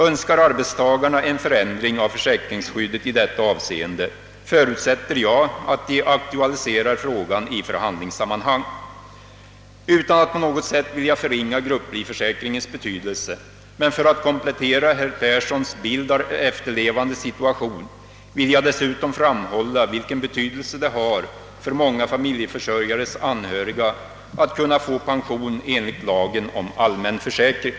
Önskar arbetstagarna en förändring av försäkringsskyddet i detta avseende, förutsätter jag att de aktualiserar frågan i förhandlingssammanhang. Utan att på något sätt vilja förringa grupplivförsäkringens betydelse men för att komplettera herr Perssons bild av efterlevandes situation vill jag dessutom framhålla vilken betydelse det har för många familjeförsörjares anhöriga att kunna få pension enligt lagen om allmän försäkring.